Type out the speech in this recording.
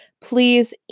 please